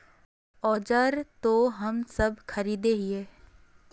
औजार तो हम सब खरीदे हीये?